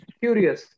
curious